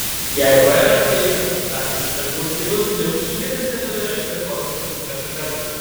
jei vrk į pirmus atvejus reaguos ir juos gniauš niekas nebenorės kartoti tokių precedentų